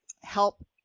Help